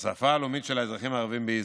והשפה הלאומית של האזרחים הערבים בישראל.